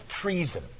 treason